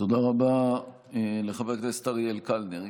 תודה רבה לחבר הכנסת אריאל קלנר.